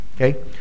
Okay